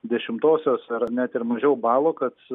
dešimtosios ar net ir mažiau balo kad